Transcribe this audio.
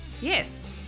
yes